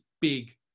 big